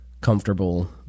comfortable